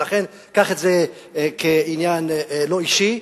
ולכן קח את זה כעניין לא אישי,